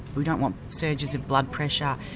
we don't want surges of blood pressure.